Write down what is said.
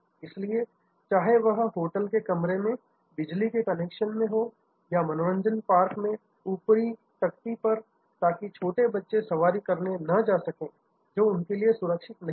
इसलिए चाहे वह होटल के कमरे में बिजली के कनेक्शन में हो या मनोरंजन पार्क में ऊपरी तख्ती पर ताकि छोटे बच्चे सवारी करने ना जा सके जो उनके लिए सुरक्षित नहीं है